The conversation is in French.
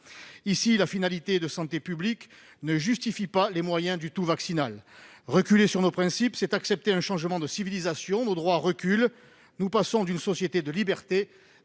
L'objectif de santé publique ne justifie pas de recourir au tout vaccinal. Reculer sur nos principes, c'est accepter un changement de civilisation. Nos droits régressent, nous passons d'une société de libertés